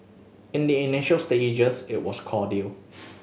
in the initial stages it was cordial